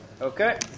Okay